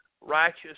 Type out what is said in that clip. righteous